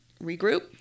regroup